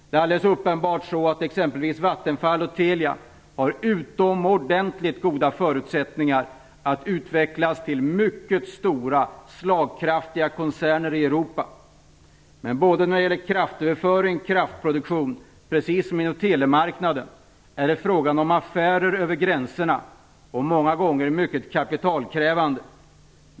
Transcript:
Det är alldeles uppenbart att exempelvis Vattenfall och Telia har utomordentligt goda förutsättningar att utvecklas till mycket stora slagkraftiga koncerner i Europa. Men både när det gäller kraftöverföring och kraftproduktion är det, precis som inom telemarknaden, fråga om affärer över gränserna och många gånger mycket kapitalkrävande sådana.